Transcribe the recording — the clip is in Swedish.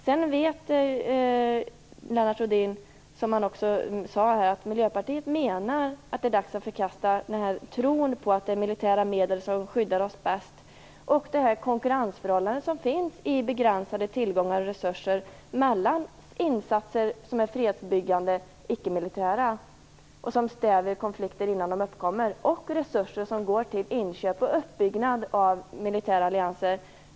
Miljöpartiet menar, som Lennart Rohdin vet och som han också sade, att det är dags att förkasta tron att det är militära medel som skyddar oss bäst. Vi vill också komma till rätta med konkurrensförhållandet när det gäller de begränsade tillgångarna och resurserna mellan å ena sidan fredsbyggande, icke-militära insatser som stävjar konflikter innan de uppkommer och å andra sidan uppbyggnad av militära allianser.